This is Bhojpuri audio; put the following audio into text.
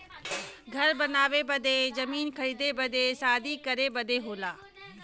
घर बनावे बदे जमीन खरीदे बदे शादी करे बदे होला